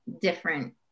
different